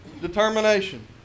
Determination